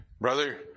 Brother